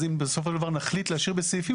אז אם בסופו של דבר נחליט להשאיר בסעיפים,